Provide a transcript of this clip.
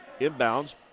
Inbounds